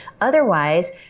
otherwise